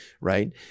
right